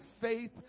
faith